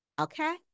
okay